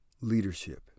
leadership